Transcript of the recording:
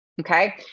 okay